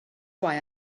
why